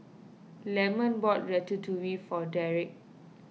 Lemon bought Ratatouille for Dereck